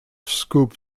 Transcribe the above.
scoop